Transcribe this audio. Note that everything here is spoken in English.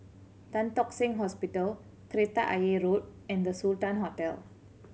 Tan Tock Seng Hospital Kreta Ayer Road and The Sultan Hotel